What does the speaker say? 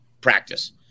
practice